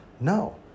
No